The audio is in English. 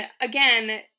again